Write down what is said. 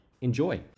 Enjoy